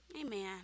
Amen